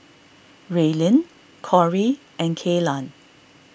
Raelynn Cori and Kaylan